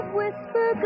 whisper